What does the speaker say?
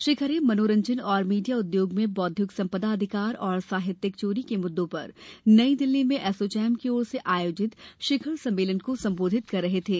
श्री खरे मनोरंजन और मीडिया उद्योग में बौद्विक सपंदा अधिकार और साहित्यिक चोरी के मुद्दों पर नई दिल्ली में एसोचैम की ओर से आयोजित शिखर सम्मेलन को संबोधित कर रहे थे